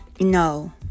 no